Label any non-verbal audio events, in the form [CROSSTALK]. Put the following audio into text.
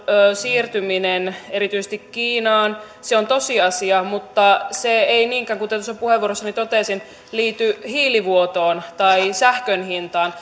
siirtyminen erityisesti kiinaan on tosiasia mutta se ei niinkään kuten tuossa puheenvuorossani totesin liity hiilivuotoon tai sähkön hintaan [UNINTELLIGIBLE]